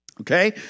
Okay